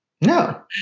No